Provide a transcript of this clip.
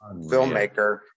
filmmaker